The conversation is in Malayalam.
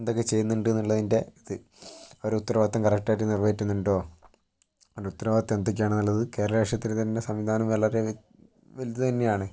എന്തൊക്കെ ചെയ്യുന്നുണ്ട് എന്നുള്ളതിൻ്റെ ഇത് അവരുടെ ഉത്തരവാദിത്തം കറക്റ്റ് ആയിട്ട് നിറവേറ്റുന്നുണ്ടോ അവരുടെ ഉത്തരവാദിത്തം എന്തൊക്കെയാണ് എന്നുള്ളത് കേരള രാഷ്ട്രീയത്തിലെ തന്നെ വളരെ വലുത് തന്നെ ആണ്